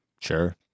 Sure